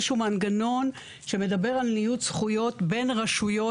שהיא מנגנון שמדבר על ניוד זכויות בין רשויות.